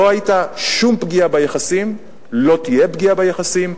לא היתה שום פגיעה ביחסים, לא תהיה פגיעה ביחסים.